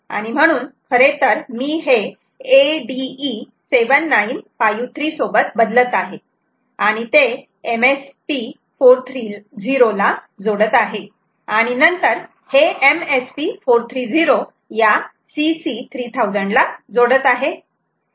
आणि म्हणून खरे तर मी हे ADE 7953 सोबत बदलत आहे आणि ते MSP 430 ला जोडत आहे आणि नंतर हे MSP 430 या CC 3000 ला जोडत आहे